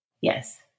Yes